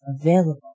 available